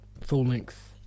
full-length